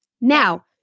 Now